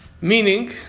Meaning